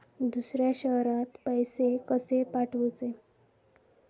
दुसऱ्या शहरात पैसे कसे पाठवूचे?